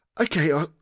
Okay